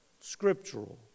scriptural